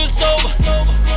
sober